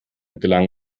gelang